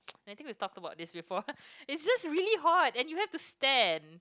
and I think we've talked about this before it's just really hot and you have to stand